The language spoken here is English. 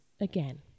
again